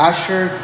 Asher